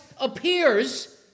appears